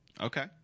Okay